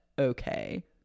okay